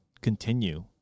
continue